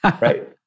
Right